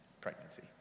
pregnancy